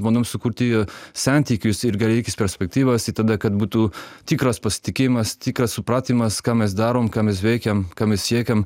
bandom sukurti santykius ir gerai perspektyvas i tada kad būtų tikras pasitikėjimas tikras supratimas ką mes darom ką mes veikiam ką mes siekiam